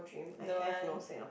don't want